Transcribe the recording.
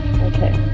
okay